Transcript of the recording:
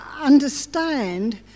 understand